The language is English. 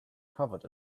covered